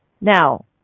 Now